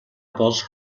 бол